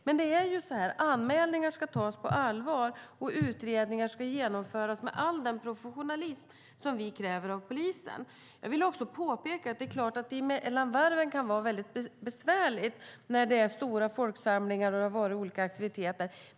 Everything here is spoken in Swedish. Men anmälningar ska tas på allvar, och utredningar ska genomföras med all den professionalism som vi kräver av polisen. Jag vill påpeka att det mellan varven såklart kan vara besvärligt när det är stora folksamlingar och olika aktiviteter.